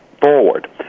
forward